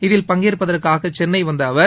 இதில் பங்கேற்பதற்காக சென்னை வந்த அவர்